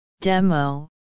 demo